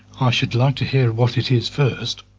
i should like to hear what it is, first.